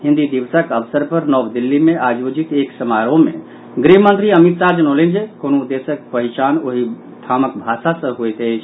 हिन्दी दिवसक अवसर पर नव दिल्ली मे आयोजित एक समारोह मे गृह मंत्री अमित शाह जनौलनि जे कोनो देशक पहिचान ओहि ठामक भाषा सँ होयत अछि